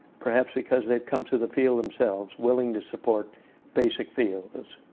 perhaps because they've come to the field themselves, willing to support basic fields.